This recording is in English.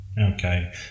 Okay